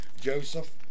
Joseph